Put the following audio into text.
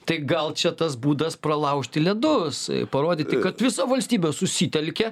tai gal čia tas būdas pralaužti ledus parodyti kad visa valstybė susitelkia